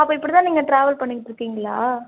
அப்போ இப்படி தான் நீங்கள் ட்ராவல் பண்ணிக்கிட்டு இருக்கிங்களா